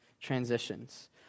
transitions